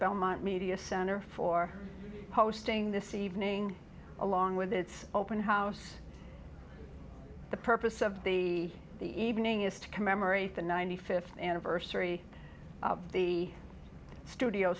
belmont media center for posting this evening along with it's open house the purpose of the the evening is to commemorate the ninety fifth anniversary of the studio